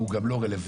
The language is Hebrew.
הוא גם לא רלוונטי,